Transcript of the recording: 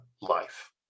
life